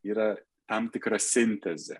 yra tam tikra sintezė